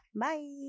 Bye